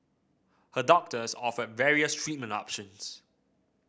her doctors offered various treatment options